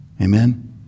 Amen